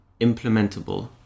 implementable